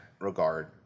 regard